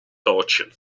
fortune